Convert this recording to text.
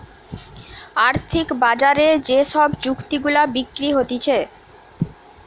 আর্থিক বাজারে যে সব চুক্তি গুলা বিক্রি হতিছে